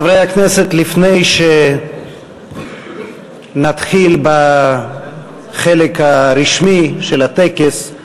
חברי הכנסת, לפני שנתחיל בחלק הרשמי של הטקס,